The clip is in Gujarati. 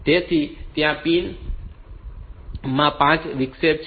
તેથી ત્યાં પિન માં 5 વિક્ષેપ છે